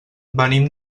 venim